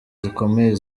zikomeye